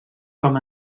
com